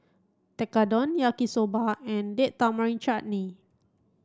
Tekkadon Yaki soba and Date Tamarind Chutney